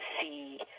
see